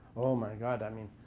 oh my god, i mean,